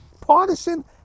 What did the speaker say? partisan